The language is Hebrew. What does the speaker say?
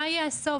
מה יהיה הסוף?